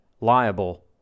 liable